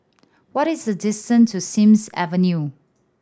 what is the distance to Sims Avenue